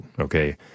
okay